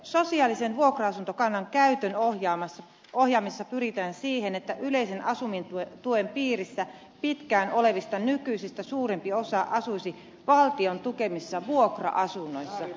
sosiaalisen vuokra asuntokannan käytön ohjaamisessa pyritään siihen että yleisen asumistuen piirissä pitkään olevista nykyistä suurempi osa asuisi valtion tukemissa vuokra asunnoissa